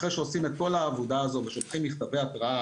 אחרי שעושים את כל העבודה הזאת ושולחים מכתבי התראה